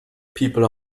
people